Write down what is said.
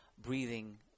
breathing